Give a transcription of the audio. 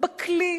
בכלי.